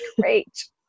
great